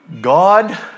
God